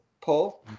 pull